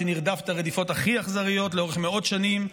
שנרדף את הרדיפות הכי אכזריות לאורך מאות שנים,